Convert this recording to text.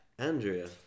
Andrea